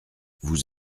vous